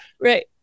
Right